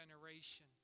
generation